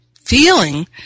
feeling